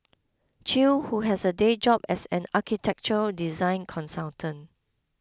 Chew who has a day job as an architectural design consultant